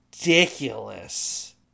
ridiculous